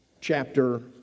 chapter